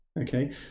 Okay